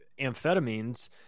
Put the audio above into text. amphetamines